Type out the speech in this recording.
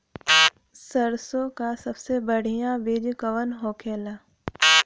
सरसों का सबसे बढ़ियां बीज कवन होखेला?